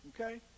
okay